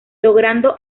logrando